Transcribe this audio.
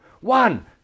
one